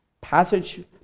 passage